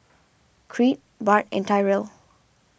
Creed Bart and Tyrel